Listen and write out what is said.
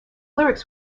lyrics